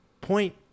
point